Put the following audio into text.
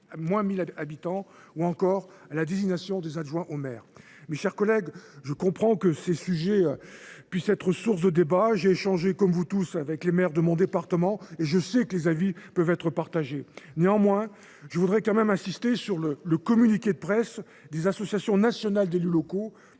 de moins de 1 000 habitants, ou encore aux règles de désignation des adjoints au maire. Mes chers collègues, je comprends que ces sujets puissent être source de débat. J’ai échangé, comme chacun de vous, avec de nombreux maires de mon département, et je sais que leurs avis sont partagés. Néanmoins, je voudrais insister sur le communiqué de presse des associations nationales d’élus locaux